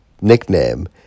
nickname